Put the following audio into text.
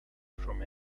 from